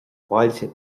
bhfáilte